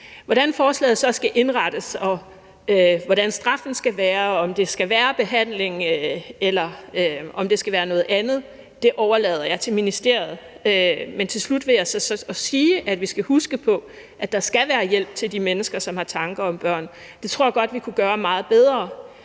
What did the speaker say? Hvordan forslaget så skal indrettes, og hvordan straffen skal være – om det skal være behandling, eller om det skal være noget andet – overlader jeg til ministeriet. Men til slut vil jeg sige, at vi skal huske på, at der skal være hjælp til de mennesker, som har tanker om børn. Det tror jeg godt vi kunne gøre meget bedre,